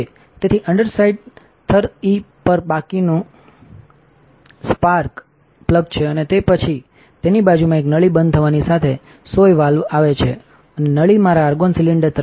તેથી અંડરસાઇડ થરઇપરબાકીનો spark plug છે અને પછી તેની બાજુમાં એક નળી બંધ થવાની સાથે સોય વાલ્વ આવે છે અને નળી મારા આર્ગોન સિલિન્ડર તરફ ચાલે છે